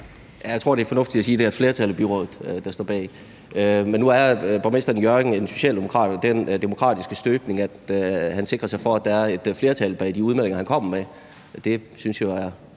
jeg tror, det er fornuftigt at sige, at det er et flertal i byrådet, der står bag. Men nu er borgmesteren i Hjørring socialdemokrat og af den demokratiske støbning, at han sikrer sig, at der er et flertal bag de udmeldinger, han kommer med. Det synes jeg jo er